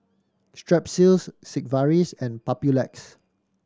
Strepsils Sigvaris and Papulex